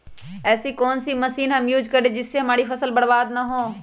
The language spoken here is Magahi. ऐसी कौन सी मशीन हम यूज करें जिससे हमारी फसल बर्बाद ना हो?